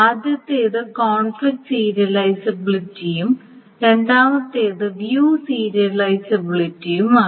ആദ്യത്തേത് കോൺഫ്ലിക്റ്റ് സീരിയലൈസബിലിറ്റിയും രണ്ടാമത്തേത് വ്യൂ സീരിയലിസബിലിറ്റിയുമാണ്